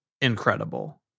incredible